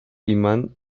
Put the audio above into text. imán